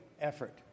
effort